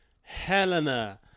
Helena